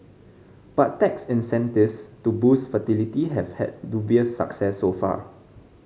but tax incentives to boost fertility have had dubious success so far